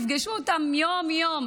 תפגשו אותן יום-יום.